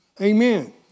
Amen